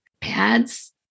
pads